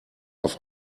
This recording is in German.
auf